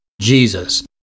Jesus